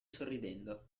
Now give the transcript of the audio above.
sorridendo